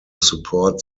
support